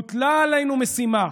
הוטלה עלינו משימה.